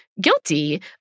guilty